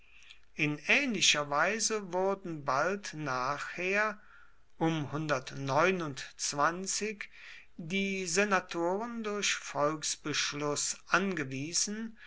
in ähnlicher weise wurden bald nachher die senatoren durch volksbeschluß angewiesen